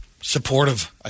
supportive